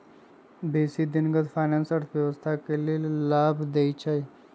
बेशी दिनगत फाइनेंस अर्थव्यवस्था के लेल लाभ देइ छै